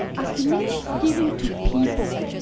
as the names given to people,